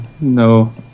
No